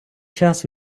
час